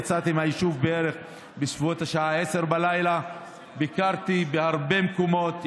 יצאתי מהיישוב בערך בסביבות השעה 22:00. ביקרתי בהרבה מקומות.